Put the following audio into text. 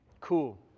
Cool